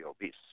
obese